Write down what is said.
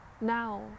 now